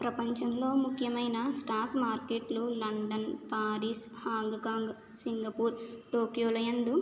ప్రపంచంలో ముఖ్యమైన స్టాక్ మార్కెట్లు London Paris Hong Kong Singapore టోక్యోల యందు